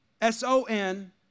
S-O-N